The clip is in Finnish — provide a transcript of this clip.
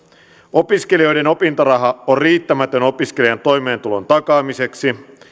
opiskelijoiden opintoraha on riittämätön opiskelijan toimeentulon takaamiseksi